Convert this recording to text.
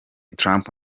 trump